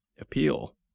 appeal